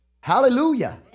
Hallelujah